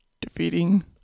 defeating